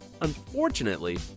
Unfortunately